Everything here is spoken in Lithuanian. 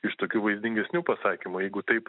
iš tokių vaizdingesnių pasakymų jeigu taip